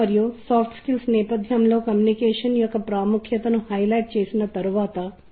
మూల స్థానం మూలం కోసం శోధించే ధోరణి అనేది మనం ధ్వనిని గ్రహించే విధానంలో చాలా ఆసక్తికరమైన అంశం